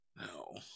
no